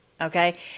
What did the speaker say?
Okay